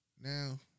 Now